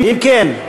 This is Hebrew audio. אם כן,